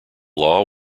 law